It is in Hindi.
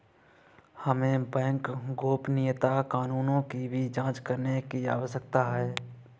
हमें बैंक गोपनीयता कानूनों की भी जांच करने की आवश्यकता है